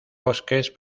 bosques